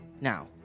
Now